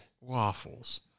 Waffles